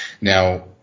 Now